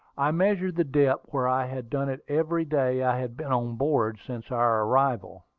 i measured the depth where i had done it every day i had been on board since our arrival,